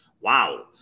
Wow